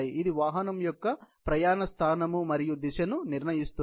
ఇది వాహనం యొక్క ప్రయాణ స్థానం మరియు దిశను నిర్ణయిస్తుంది